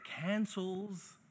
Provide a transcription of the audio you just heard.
cancels